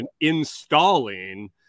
installing